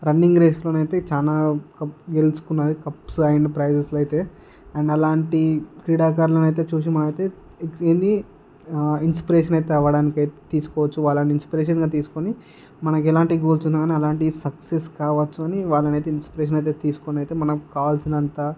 running రేస్లోనైతే చానా cups గెలుచుకున్నది కప్స్ అవన్నీ ప్రైజెస్లు అయితే అండ్ అలాంటి క్రీడాకారులును అయితే చూసి మనం అయితే ఇన్స్పిరేషన్ అయితే అవ్వడానికి తీసుకోవచ్చు వాళ్ళని ఇన్స్పిరేషన్గా తీసుకొని మనకు ఎలాంటి గోల్స్ ఉన్న అలాంటి సక్సెస్ కావచ్చు అని వాళ్ళనైతే ఇన్స్పిరేషన్గా అయితే తీసుకొని మనకు కావాల్సినంత